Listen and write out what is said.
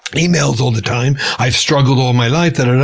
emails all the time. i've struggled all my life and and